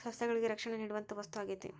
ಸಸ್ಯಗಳಿಗೆ ರಕ್ಷಣೆ ನೇಡುವಂತಾ ವಸ್ತು ಆಗೇತಿ